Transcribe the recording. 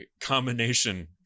combination